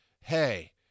hey